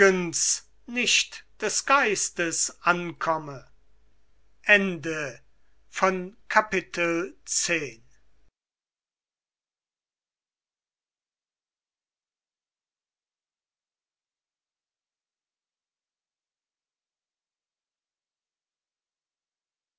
nicht des geistes ankomme